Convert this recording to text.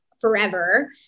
forever